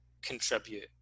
contribute